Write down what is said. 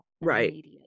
right